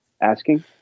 asking